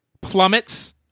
plummets